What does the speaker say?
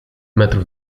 metrów